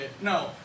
No